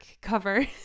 cover